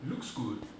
looks good